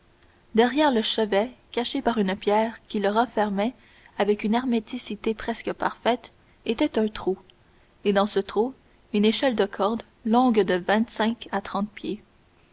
derrière le chevet caché par une pierre qui le refermait avec une herméticité presque parfaite était un trou et dans ce trou une échelle de corde longue de vingt-cinq à trente pieds